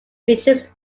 introduced